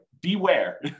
beware